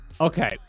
Okay